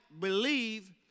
believe